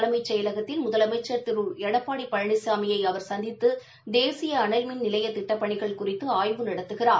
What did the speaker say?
தலைமைச் செயலகத்தில் முதலமைச்ச் திரு எடப்பாடி பழனிசாமியை அவர் சந்தித்து தேசிய அனல்மின் நிலைய திட்டப்பணிகள் குறித்து ஆய்வு நடத்துகிறார்